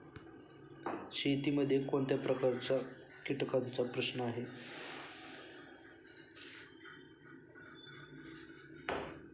शेतीमध्ये कोणत्या प्रकारच्या कीटकांचा प्रश्न आहे?